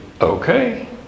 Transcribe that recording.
okay